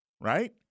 right